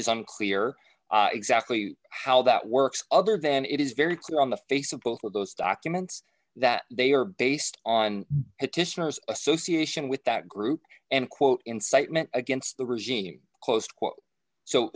unclear exactly how that works other than it is very clear on the face of both of those documents that they are based on petitioners association with that group and quote incitement against the regime